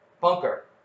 bunker